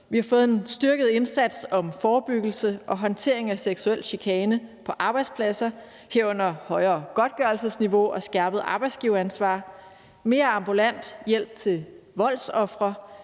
vi har fået en styrket indsats for forebyggelse og håndtering af seksuel chikane på arbejdspladser, herunder et højere godtgørelsesniveau og skærpet arbejdsgiveransvar. Så har vi fået mere ambulant hjælp til voldsofre;